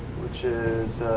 which is